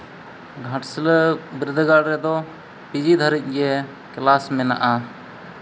ᱜᱷᱟᱴᱥᱤᱞᱟᱹ ᱵᱤᱨᱫᱟᱹᱜᱟᱲ ᱨᱮᱫᱚ ᱯᱤᱡᱤ ᱫᱷᱟᱹᱵᱤᱡ ᱜᱮ ᱠᱞᱟᱥ ᱢᱮᱱᱟᱜᱼᱟ